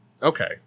Okay